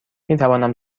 میتوانم